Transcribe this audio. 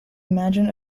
imagine